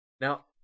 Now